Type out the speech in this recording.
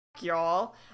y'all